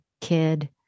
kid